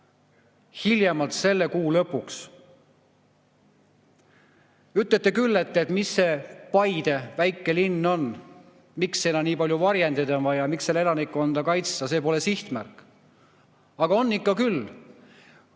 hiljemalt selle kuu lõpuks. Ütlete küll, et see Paide on väike linn, miks sinna nii palju varjendeid on vaja, miks seal elanikkonda kaitsta, ta pole sihtmärk. Aga on ikka küll.